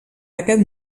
aquest